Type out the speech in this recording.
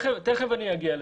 תכף אני אגיע לזה.